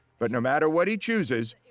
but no matter what he chooses,